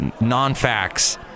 non-facts